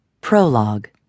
Prologue